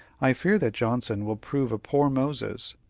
i fear that johnson will prove a poor moses,